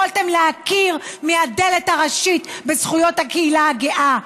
יכולתם להכיר מהדלת הראשית בזכויות הקהילה הגאה.